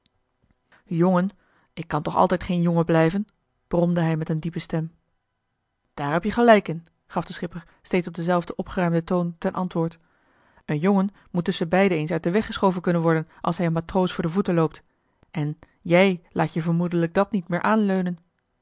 jongen ik kan toch altijd geen jongen blijven bromde hij met een diepe stem daar heb-je gelijk in gaf de schipper steeds op denzelfden opgeruimden toon ten antwoord een jongen moet tusschenbeide eens uit den weg geschoven kunnen worden als hij een matroos voor de voeten loopt en jij laat je vermoedelijk dat niet meer aanleunen